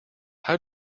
how